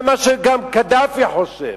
זה מה שגם קדאפי חושב.